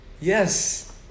yes